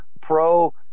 pro